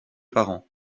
parents